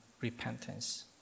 repentance